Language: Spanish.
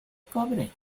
cobre